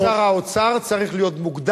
מדוע תפקיד שר האוצר צריך להיות מוגדר,